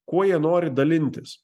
kuo jie nori dalintis